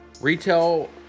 Retail